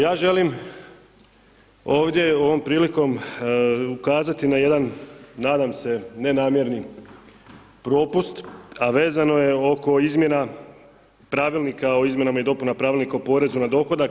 Ja želim ovdje ovom prilikom ukazati na jedan nadam se nenamjerni propust, a vezano je oko Izmjena pravilnika o izmjenama i dopunama Pravilnika o porezu na dohodak.